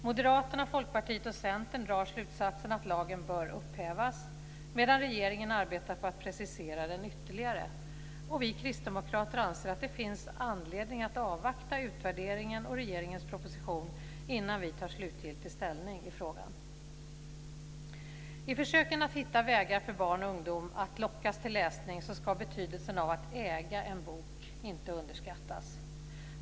Moderaterna, Folkpartiet och Centern drar slutsatsen att lagen bör upphävas, medan regeringen arbetar på att precisera den ytterligare. Vi kristdemokrater anser att det finns anledning att avvakta utvärderingen och regeringens proposition innan vi tar slutgiltig ställning i frågan. I försöken att hitta vägar för barn och ungdom att lockas till läsning ska betydelsen av att äga en bok inte underskattas.